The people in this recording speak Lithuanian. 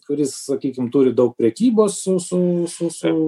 kuris sakykim turi daug prekybos su su su su